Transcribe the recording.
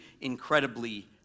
incredibly